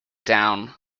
down